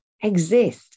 exist